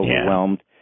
overwhelmed